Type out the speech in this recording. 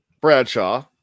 Bradshaw